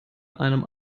einem